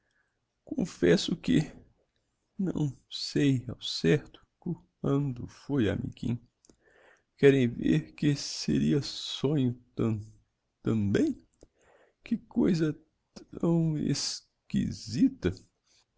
confesso que não sei ao certo qu ando foi amiguinho querem ver que seria sonho tam tam bem que co isa t